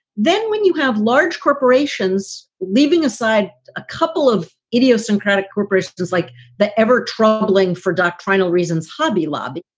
then when you have large corporations leaving aside a couple of idiosyncratic corporations like that, ever troubling for doctrinal reasons, hobby lobby,